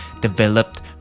developed